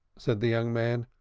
said the young man.